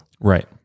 Right